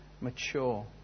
mature